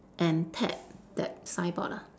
and Ted that signboard ah